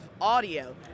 audio